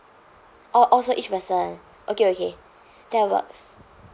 oh all so each person okay okay that works